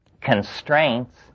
constraints